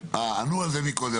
ענו על זה מקודם.